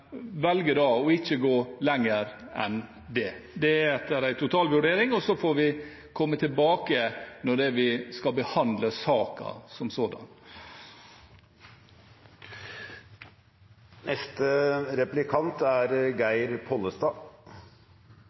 å ikke gå lenger enn det. Det er etter en totalvurdering, og så får vi komme tilbake når vi skal behandle saken som